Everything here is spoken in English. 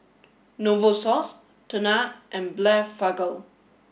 Novosource Tena and Blephagel